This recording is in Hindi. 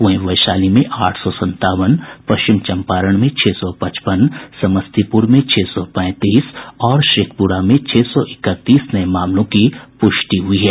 वहीं वैशाली में आठ सौ संतावन पश्चिमी चंपारण में छह सौ पचपन समस्तीपुर में छह सौ पैंतीस और शेखपुरा में छह सौ इकतीस नये मामलों की पुष्टि हुई है